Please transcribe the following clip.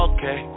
Okay